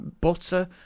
butter